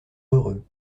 heureux